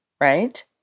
right